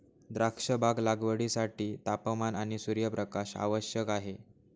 द्राक्षबाग लागवडीसाठी तापमान आणि सूर्यप्रकाश आवश्यक आहे